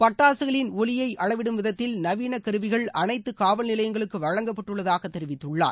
பட்டாககளின் ஒலினய அளவிடும் விதத்தில் நவீன கருவிகள் அனைத்து காவல் நிலையங்களுக்கு வழங்கப்பட்டுள்ளதாக தெரிவித்துள்ளார்